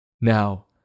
Now